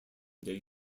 day